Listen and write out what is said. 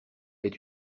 est